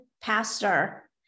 pastor